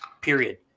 period